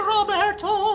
Roberto